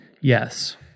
Yes